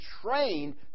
trained